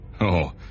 Oh